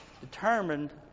determined